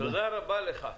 תודה רבה לך.